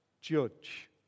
judge